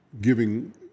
giving